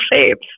shapes